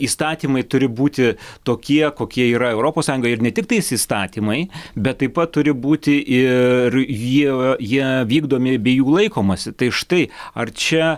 įstatymai turi būti tokie kokie yra europos sąjungoj ir ne tiktais įstatymai bet taip pat turi būti ir jie jie vykdomi bei jų laikomasi tai štai ar čia